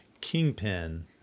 Kingpin